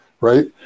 right